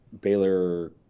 Baylor